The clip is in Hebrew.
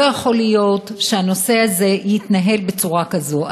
לא יכול להיות שהנושא הזה יתנהל בצורה כזאת.